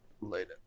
Later